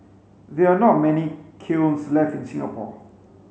there are not many kilns left in Singapore